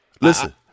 listen